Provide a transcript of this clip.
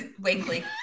weekly